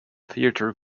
theater